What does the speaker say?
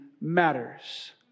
matters